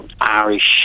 Irish